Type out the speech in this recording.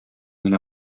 генә